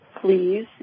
Please